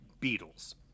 Beatles